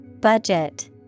Budget